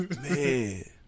Man